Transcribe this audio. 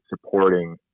supporting